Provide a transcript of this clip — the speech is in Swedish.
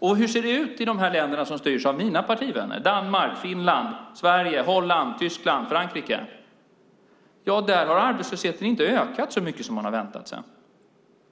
Hur ser det ut i de länder som styrs av mina partivänner - Danmark, Finland, Sverige, Holland, Tyskland och Frankrike? Där har arbetslösheten inte ökat så mycket som man har väntat sig.